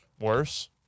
worse